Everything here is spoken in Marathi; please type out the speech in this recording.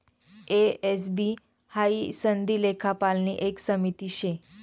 ए, एस, बी हाई सनदी लेखापालनी एक समिती शे